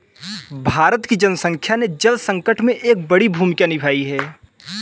भारत की जनसंख्या ने जल संकट में एक बड़ी भूमिका निभाई है